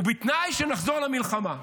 ובתנאי שנחזור למלחמה.